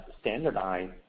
standardize